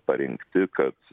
parengti kad